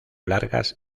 largas